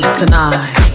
tonight